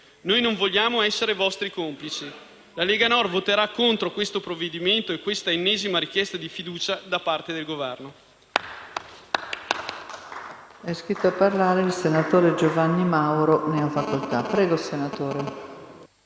Noi non vogliamo essere vostri complici. La Lega Nord voterà contro questo provvedimento e l'ennesima richiesta di fiducia da parte del Governo.